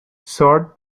sort